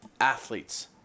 athletes